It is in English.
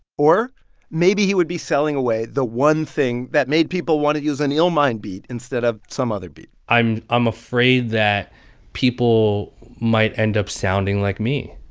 or maybe he would be selling away the one thing that made people want to use an illmind beat instead of some other beat i'm i'm afraid that people might end up sounding like me,